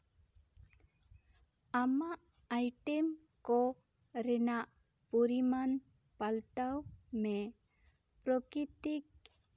ᱟᱢᱟᱜ ᱟᱭᱴᱮᱢ ᱠᱚ ᱨᱮᱱᱟᱜ ᱯᱚᱨᱤᱢᱟᱱ ᱯᱟᱞᱴᱟᱣ ᱢᱮ ᱯᱨᱚᱠᱤᱛᱤᱠ